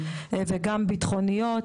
וגם ביטחוניות,